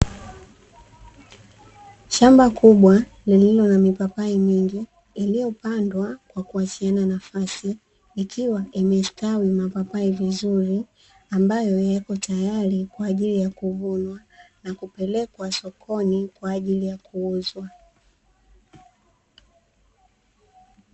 Shamba kubwa lililo na mipapai mingi iliyopandwa kwa kuachiana nafasi ikiwa imestawi mapapai vizuri, ambayo yapo tayari kwa ajili ya kuvunwa na kupelekwa sokoni kwa ajili ya kuuzwa.